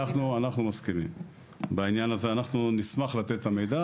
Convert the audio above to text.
אני מסכים שה-Data Gov לא תהיה מוגבלת,